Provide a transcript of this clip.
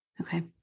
Okay